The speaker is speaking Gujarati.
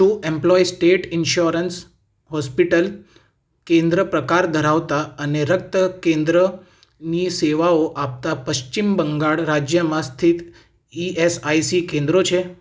શું એમ્પ્લોઇઝ સ્ટેટ ઈન્સ્યોરન્સ હોસ્પિટલ કેન્દ્ર પ્રકાર ધરાવતાં અને રક્ત કેન્દ્રની સેવાઓ આપતાં પશ્ચિમ બંગાળ રાજ્યમાં સ્થિત ઇ એસ આઇ સી કેન્દ્રો છે